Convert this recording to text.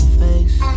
face